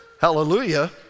Hallelujah